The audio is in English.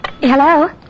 Hello